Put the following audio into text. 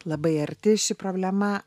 labai arti ši problema